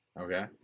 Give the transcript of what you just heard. Okay